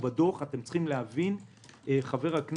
אתם צריכים להבין שכל מה שכתוב פה בדוח